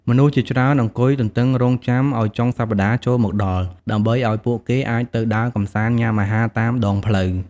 មនុស្សជាច្រើនអង្គុយទន្ទឹងរង់ចាំឲ្យចុងសប្ដាហ៍ចូលមកដល់ ដើម្បីឲ្យពួកគេអាចទៅដើរកំសាន្តញុំាអាហារតាមដងផ្លូវ។